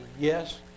yes